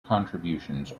contributions